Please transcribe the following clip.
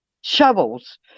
shovels